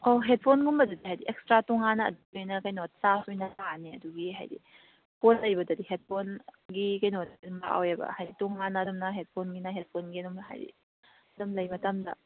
ꯑꯣ ꯍꯦꯠ ꯐꯣꯟꯒꯨꯝꯕꯗꯨꯗꯤ ꯍꯥꯏꯗꯤ ꯑꯦꯛꯁꯇ꯭ꯔꯥ ꯇꯣꯉꯥꯟꯅ ꯑꯗꯨꯒꯤ ꯑꯣꯏꯅ ꯀꯩꯅꯣ ꯆꯥꯔꯖ ꯑꯣꯏꯅ ꯂꯥꯛꯑꯅꯤ ꯑꯗꯨꯒꯤ ꯍꯥꯏꯗꯤ ꯐꯣꯟ ꯂꯩꯕꯗꯗꯤ ꯍꯦꯠ ꯐꯣꯟꯒꯤ ꯀꯩꯅꯣ ꯑꯗꯨꯝ ꯌꯥꯎꯋꯦꯕ ꯍꯥꯏꯗꯤ ꯇꯣꯉꯥꯟꯅ ꯑꯗꯨꯝꯅ ꯍꯦꯠ ꯐꯣꯟꯒꯤꯅ ꯍꯦꯠ ꯐꯣꯟꯒꯤ ꯑꯗꯨꯝ ꯍꯥꯏꯗꯤ ꯑꯗꯨꯝ ꯂꯩ ꯃꯇꯝꯗ